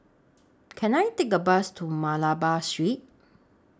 Can I Take A Bus to Malabar Street